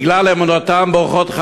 בגלל אמונתם ואורחות חייהם,